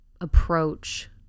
approach